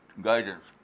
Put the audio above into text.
guidance